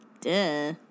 Duh